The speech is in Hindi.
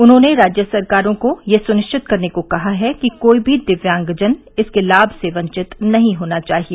उन्होंने राज्य सरकारों को यह सुनिश्चित करने को कहा है कि कोई भी दिव्यांगजन इसके लाभ से वंचित नहीं होना चाहिए